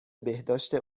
بهداشت